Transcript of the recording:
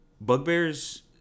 bugbears